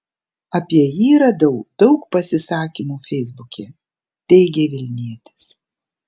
apie jį radau daug pasisakymų feisbuke teigė vilnietis